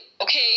okay